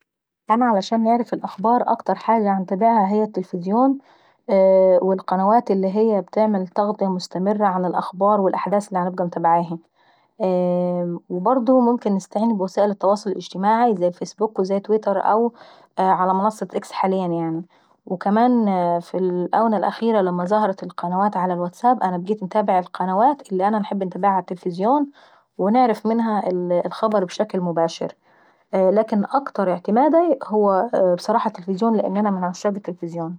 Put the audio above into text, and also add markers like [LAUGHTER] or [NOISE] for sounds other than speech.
انا علشان نعرف الاخبار اكتر حاجة هنتابعهي هي التلفزيون والقنوات اللي هي بتعمل تغطية مستمرة عن الاخبار والاحداث اللي بابقى متابعاهي. [HESITATION] وبرضو ممكن نستعين بوسائل التواصل الاجتماعاي زي الفيسبوك وتويتر، حاليا يعناي. وكمان في الآونة الأخيرة لما ظهرت القنوات على الواتساب انا بقيت انتابع القنوات اللي انحب ان انا انتابعها في التلفزيون، ونعرف منها الخبر ابشكل مباشر. لكن اكتر اعتماداي ابصراحة هو التلفزيون لان انا من عشاق التليفزيون.